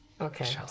Okay